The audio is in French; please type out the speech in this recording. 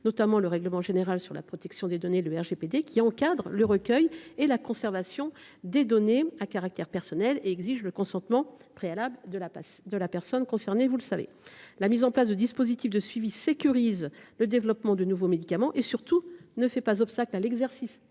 notamment le règlement général sur la protection des données (RGPD), qui encadrent la collecte et la conservation des données à caractère personnel et exigent le consentement préalable de la personne concernée. La mise en place de dispositifs de suivi sécurise le développement de nouveaux médicaments et, surtout, ne limite pas l’exercice